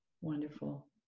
Wonderful